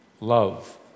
love